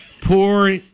poor